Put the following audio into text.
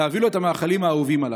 להביא לו את המאכלים האהובים עליו.